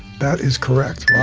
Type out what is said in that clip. that is correct.